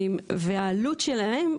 והעלות שלהם,